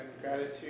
gratitude